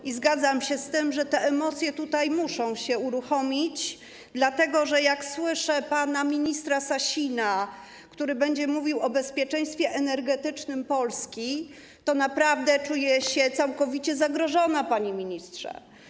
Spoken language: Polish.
I zgadzam się z tym, że te emocje tutaj muszą się uruchomić, dlatego że jak słyszę, że pan minister Sasin będzie mówił o bezpieczeństwie energetycznym polski, to naprawdę czuję się całkowicie zagrożona, panie ministrze.